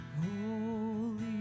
Holy